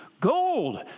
gold